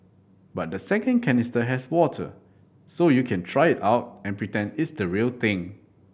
but the second canister has water so you can try it out and pretend it's the real thing